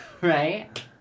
right